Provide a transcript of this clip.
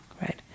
right